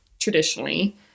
traditionally